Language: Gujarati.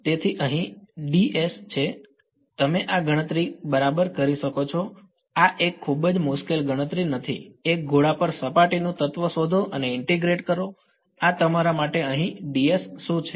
તેથી અહી ds છે તમે આ ગણતરી બરાબર કરી શકો છો આ એક ખૂબ જ મુશ્કેલ ગણતરી નથી એક ગોળા પર સપાટીનું તત્વ શોધો અને ઇન્ટીગ્રેટ કરો આ તમારા માટે અહીં શું છે